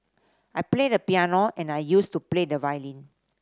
I play the piano and I used to play the violin